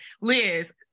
Liz